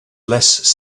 less